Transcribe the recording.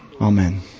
amen